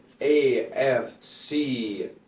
AFC